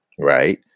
Right